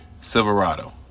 silverado